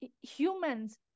humans